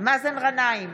מאזן גנאים,